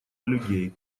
людей